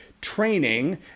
training